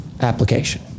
application